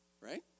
right